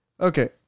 Okay